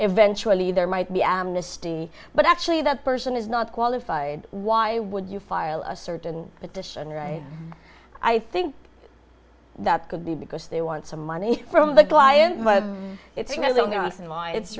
eventually there might be amnesty but actually that person is not qualified why would you file a certain petition right i think that could be because they want some money from the